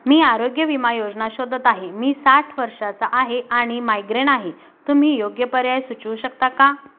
मी आरोग्य विमा योजना शोधत आहे मी साठ वर्षाचा आहे आणि मायग्रेन आहे तुम्ही योग्य पर्याय सुचवू शकता का